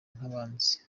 nk’abanzi